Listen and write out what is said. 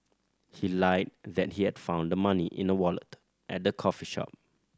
he lied that he had found the money in a wallet at the coffee shop